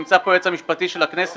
נמצא פה היועץ המשפטי של הכנסת,